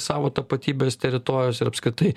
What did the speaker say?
savo tapatybės teritorijos ir apskritai